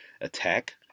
attack